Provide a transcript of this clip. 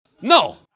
No